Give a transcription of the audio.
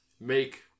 make